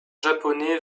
japonais